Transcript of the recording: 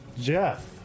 Jeff